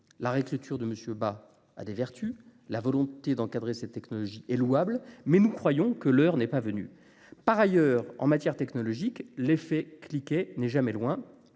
La réécriture opérée par M. Bas a ses vertus, la volonté d'encadrer cette technologie étant louable. Toutefois, nous pensons que l'heure n'est pas venue. Par ailleurs, en matière technologique, l'effet cliquet n'est jamais loin,